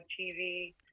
TV